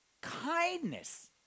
Kindness